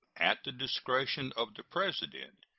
at the discretion of the president,